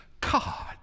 God